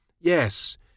Yes